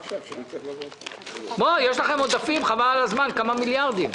יש לכם כמה מיליארדים של עודפים.